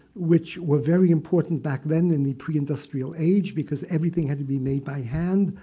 which were very important back then in the pre-industrial age because everything had to be made by hand.